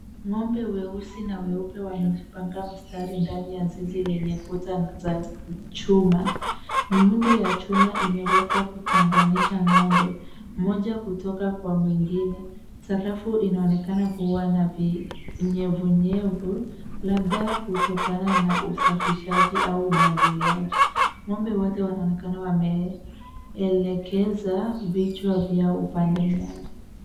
Ng'ombe weusi na weupe wamejipanga mstari ndani ya zizi lenye kuta za chuma. Miundo ya chuma imewekwa kutenganisha ng'ombe, moja kutoka kwa mwengine. Sakafu inaonekana kuwa na vinyevunyevu, labda kutokana na usafishaji au umwagiliaji. Ng'ombe wote wanaonekana wameelekeza vichwa vyao upande mmoja.